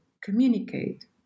communicate